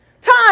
time